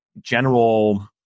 general